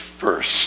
first